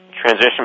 Transition